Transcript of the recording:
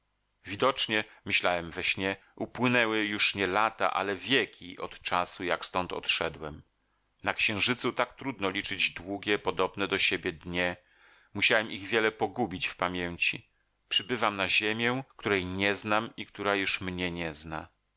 widocznie myślałem we śnie upłynęły już nie lata ale wieki od czasu jak stąd odszedłem na księżycu tak trudno liczyć długie podobne do siebie dnie musiałem ich wiele pogubić w pamięci przybywam na ziemię której nie znam i która już mnie nie zna